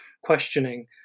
questioning